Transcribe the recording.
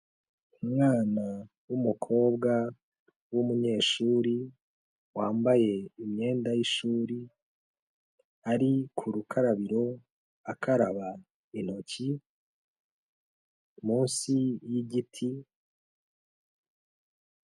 Umwana w'umukobwa w'umunyeshuri wambaye imyenda y'ishuri, ari ku rukarabiro akaraba intoki munsi y'igiti.